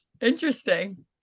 Interesting